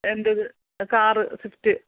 എൻ്റേത് car Swift